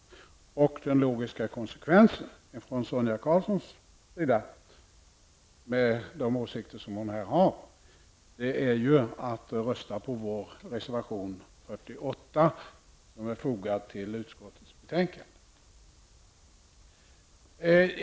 Med de åsikter Sonia Karlsson har är den logiska konsekvensen att hon röstar på vår reservation nr 48 till utskottets betänkande.